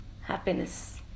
happiness